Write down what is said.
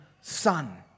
Son